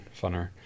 funner